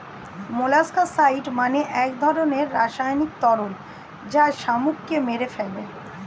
molluscicide মানে এক ধরনের রাসায়নিক তরল যা শামুককে মেরে ফেলে